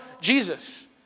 Jesus